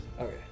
Okay